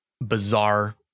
Bizarre